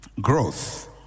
Growth